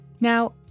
Now